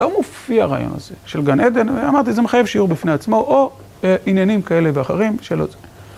לא מופיע הרעיון הזה של גן עדן, אמרתי זה מחייב שיעור בפני עצמו או עניינים כאלה ואחרים שלא זה.